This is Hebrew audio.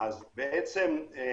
אגע